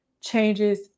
changes